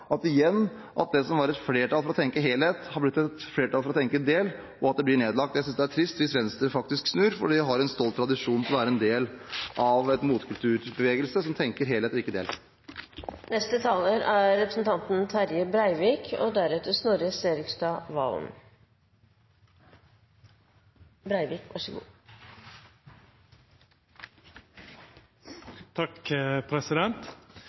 var et flertall for å tenke helhet, har blitt et flertall for å tenke del, og at det blir nedlagt. Jeg synes det er trist hvis Venstre faktisk snur, for de har en stolt tradisjon som del av en motkulturbevegelse som tenker helhet, og ikke del. Partia i denne salen er samde om at det ligg store industrielle moglegheiter for Noreg i å satsa på klimateknologi, fornybar energi og